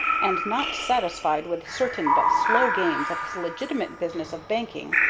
and, not satisfied with the certain but slow gains of his legitimate business of banking,